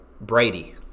Brady